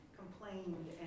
complained